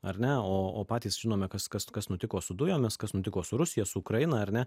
ar ne o o patys žinome kas kas kas nutiko su dujomis kas nutiko su rusija su ukraina ar ne